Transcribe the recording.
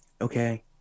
okay